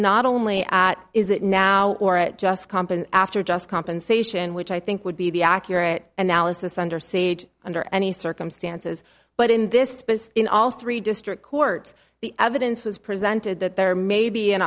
not only is it now or it just company after just compensation which i think would be the accurate analysis under sage under any circumstances but in this business in all three district courts the evidence was presented that there may be an